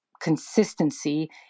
consistency